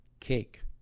cake